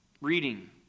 Reading